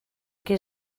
que